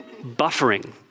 buffering